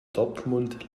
dortmund